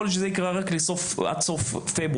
יכול להיות שזה יקרה רק לקראת סוף פברואר.